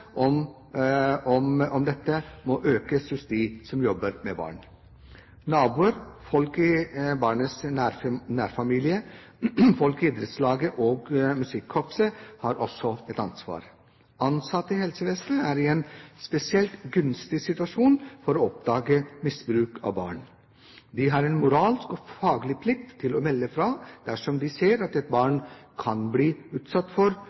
om dette må økes hos dem som jobber med barn. Naboer, folk i barnas nære familie, folk i idrettslaget og i musikkorpset har også et ansvar. Ansatte i helsevesenet er i en spesielt gunstig situasjon for å oppdage misbruk av barn. De har en moralsk og faglig plikt til å melde fra dersom de ser at et barn kan bli utsatt for